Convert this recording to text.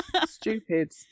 stupid